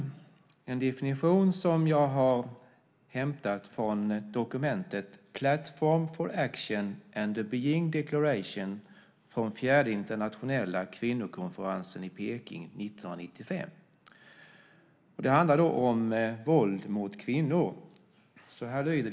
Det är en definition som jag har hämtat från dokumentet Platform for action and the Beijing declaration från den fjärde internationella kvinnokonferensen i Beijing 1995. Det handlar om våld mot kvinnor.